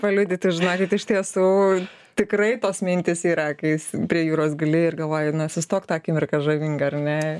paliudyti žinokit iš tiesų tikrai tos mintys yra kai prie jūros guli ir galvoji na sustok tą akimirka žavinga ar ne